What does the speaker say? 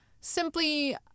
simply